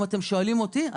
אם אתם שואלים אותי,